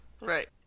Right